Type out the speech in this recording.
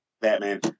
batman